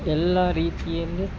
ಎಲ್ಲ ರೀತಿಯಲ್ಲಿ